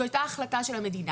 זו הייתה החלטה של המדינה.